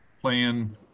playing